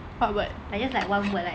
what word